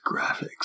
graphics